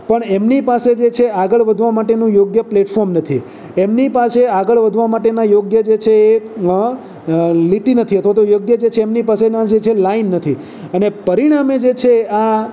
પણ એમની પાસે જે છે આગળ વધવા માટેનું યોગ્ય પ્લેટફોર્મ નથી એમની પાસે આગળ વધવા માટેના યોગ્ય છે એ લીટી નથી અથવા તો યોગ્ય જે છે એમની પાસેના જે છે લાઈન નથી અને પરિણામે જે છે આ